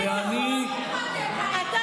איפה אתם,